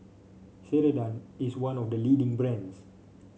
Ceradan is one of the leading brands